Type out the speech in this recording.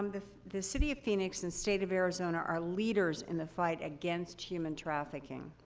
um the the city of phoenix and state of arizona are leaders in the fight against human trafficking.